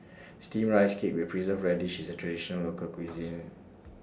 Steamed Rice Cake with Preserved Radish IS A Traditional Local Cuisine